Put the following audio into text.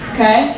Okay